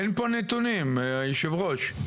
אין פה נתונים, יושב הראש.